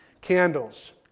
candles